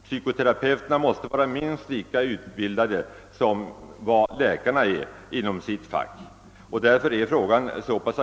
Dessa måste vara minst lika väl utbildade som läkarna är i sitt fack. Frågan är därför mycket aktuell.